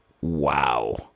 wow